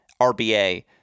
RBA